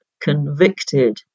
convicted